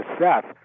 Seth